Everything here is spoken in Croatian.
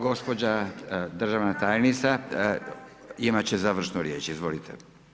Gospođa državna tajnica imat će završnu riječ, izvolite.